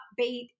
upbeat